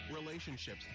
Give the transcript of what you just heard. relationships